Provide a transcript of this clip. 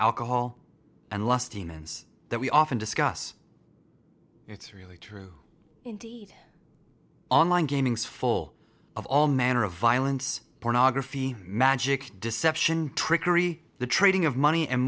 alcohol and lust demons that we often discuss it's really true indeed online gaming sphere of all manner of violence pornography magic deception trickery the trading of money and